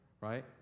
right